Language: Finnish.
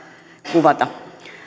kuvata